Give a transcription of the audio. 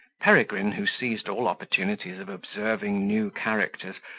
peregrine, who seized all opportunities of observing new characters,